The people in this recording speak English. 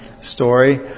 story